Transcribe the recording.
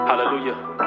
Hallelujah